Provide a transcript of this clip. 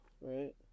right